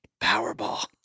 Powerball